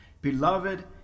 Beloved